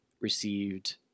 received